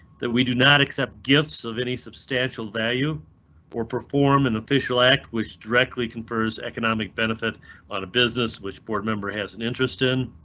that we do not accept gifts of any substantial value or perform an and official act which directly confers economic benefit on a business. which board member has an interest in?